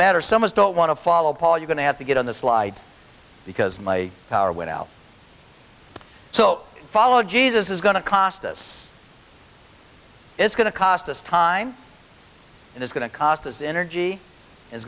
matter so much don't want to follow paul you're going to have to get on the slides because my power went out so follow jesus is going to cost us it's going to cost us time and it's going to cost us energy is